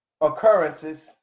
occurrences